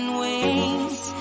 wings